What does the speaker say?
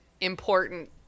important